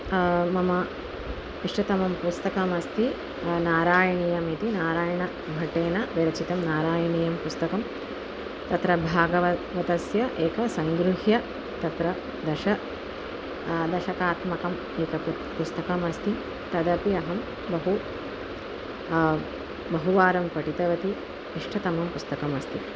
अनन्तरं मम इष्टतमं पुस्तकमस्ति नारायणीयम् इति नारायणभट्टेन विरचितं नारायणीयं पुस्तकं तत्र भागवतस्य एकं सङ्गृह्य तत्र दश दशकात्मकम् एतत् पुस्तकमस्ति तदपि अहं बहु बहुवारं पठितवती इष्टतमं पुस्तकमस्ति